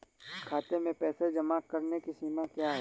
खाते में पैसे जमा करने की सीमा क्या है?